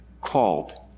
called